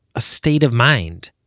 a state of mind.